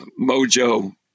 mojo